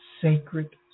sacred